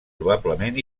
probablement